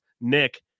Nick